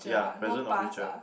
ya present or future